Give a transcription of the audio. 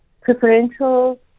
preferential